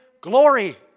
glory